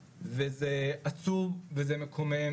עצוב, זה מקומם